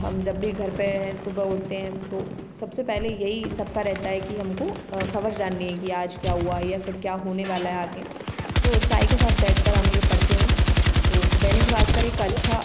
हम जब भी घर पे सुबह उठते हैं तो सबसे पहले यही सबका रहता है कि हमको खबर जाननी है कि आज क्या हुआ या फिर क्या होने वाला है आगे तो चाय के साथ बैठ कर हम ये पढ़ते हैं तो दैनिक भास्कर एक अच्छा